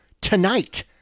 tonight